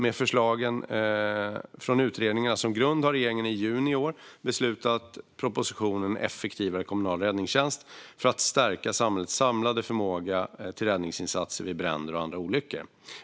Med förslagen från utredningarna som grund har regeringen i juni i år lagt fram propositionen En effektivare kommunal räddningstjänst för att stärka samhällets samlade förmåga till räddningsinsatser vid bränder och andra olyckor.